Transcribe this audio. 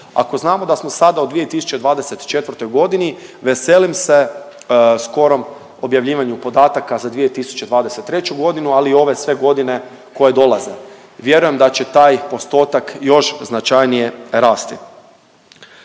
Ako znamo da smo sada u 2024.g. veselim se skorom objavljivanju podataka za 2023.g., ali i ove sve godine koje dolaze. Vjerujem da će taj postotak još značajnije rasti.